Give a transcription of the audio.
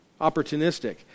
opportunistic